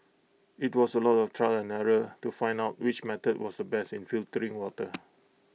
IT was A lot of trial and error to find out which method was the best in filtering water